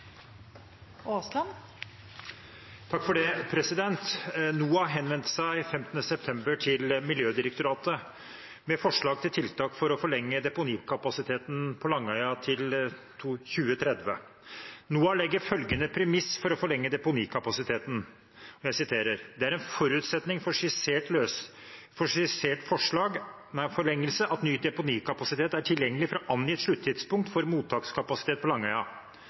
tiltak for å forlenge deponikapasiteten på Langøya til 2030. NOAH legger følgende premiss for å forlenge deponikapasiteten: «[...] det er en forutsetning for skissert forlengelse at ny deponikapasitet er tilgjengelig fra angitt sluttidspunkt for mottakskapasitet på Langøya».